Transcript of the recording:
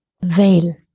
veil